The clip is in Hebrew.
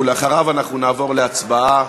ואחריו אנחנו נעבור להצבעה